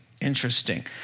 interesting